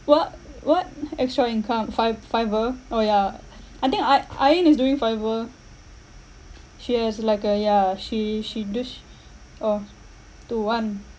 what what extra income fi~ fiverr oh ya I think a~ ain is doing fiverr she has like a yeah she she dish oh two one